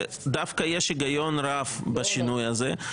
שדווקא יש הגיון רב בשינוי הזה,